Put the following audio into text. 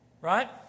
right